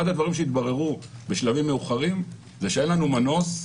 אחד הדברים שהתבררו בשלבים מאוחרים זה שאין לנו מנוס,